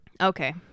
Okay